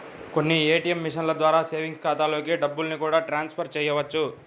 కొన్ని ఏ.టీ.యం మిషన్ల ద్వారా సేవింగ్స్ ఖాతాలలోకి డబ్బుల్ని కూడా ట్రాన్స్ ఫర్ చేయవచ్చు